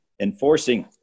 enforcing